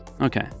Okay